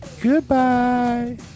Goodbye